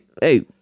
hey